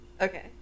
Okay